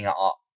up